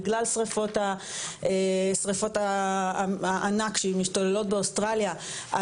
בגלל שריפות הענק שמשתוללות באוסטרליה,